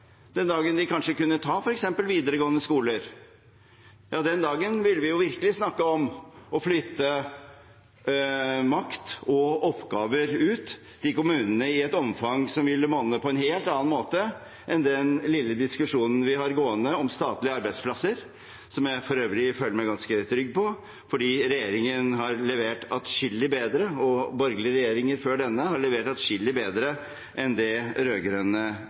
den dagen de kanskje kunne ta f.eks. videregående skoler, den dagen ville vi virkelig snakke om å flytte makt og oppgaver ut til kommunene i et omfang som ville monne på en helt annen måte enn den lille diskusjonen vi har gående om statlige arbeidsplasser, som jeg for øvrig føler meg ganske trygg på, fordi regjeringen har levert atskillig bedre – borgerlige regjeringer før denne også – enn det rød-grønne regjeringer har vist at de kan. Bedre